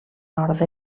nord